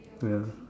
ya